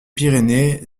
pyrénées